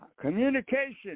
Communication